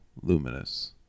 Luminous